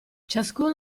ciascuno